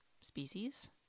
species